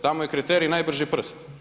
Tamo je kriterij najbrži prst.